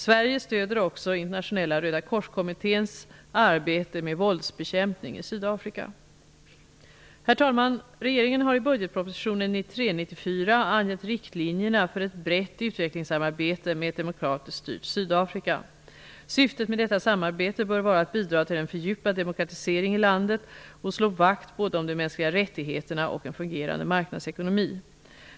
Sverige stöder också Internationella Herr talman! Regeringen har i budgetpropositionen 1993/94 angett riktlinjerna för ett brett utvecklingssamarbete med ett demokratiskt styrt Sydafrika. Syftet med detta samarbete bör vara att bidra till en fördjupad demokratisering i landet och slå vakt både om de mänskliga rättigheterna och om en fungerande marknadsekonomi.